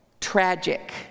tragic